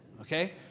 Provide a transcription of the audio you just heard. Okay